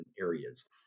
areas